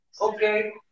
Okay